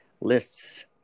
lists